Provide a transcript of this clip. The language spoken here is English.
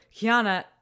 Kiana